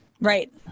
Right